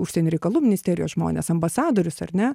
užsienio reikalų ministerijos žmones ambasadorius ar ne